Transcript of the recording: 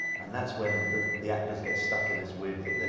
and that's when the the actors get stuck in this weird thing,